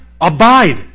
abide